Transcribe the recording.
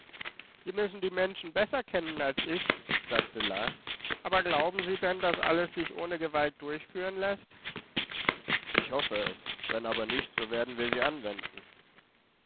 sie müssen die menschen besser kennen als ich sagte la aber glauben sie denn daß das alles sich ohne gewalt durchführen läßt ich hoffe es wenn aber nicht so werden wir sie anwenden